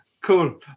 Cool